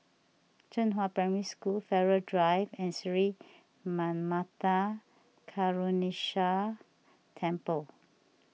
Zhenghua Primary School Farrer Drive and Sri Manmatha Karuneshvarar Temple